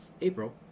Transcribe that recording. April